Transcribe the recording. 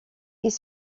ils